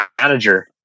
manager